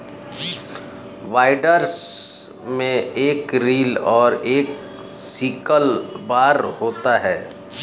binders में एक reel और एक सिकल बार होता है